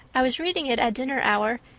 i was reading it at dinner hour,